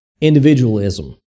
individualism